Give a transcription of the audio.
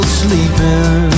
sleeping